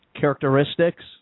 characteristics